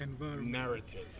narrative